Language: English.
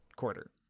quarter